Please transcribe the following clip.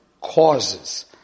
causes